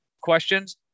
questions